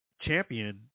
champion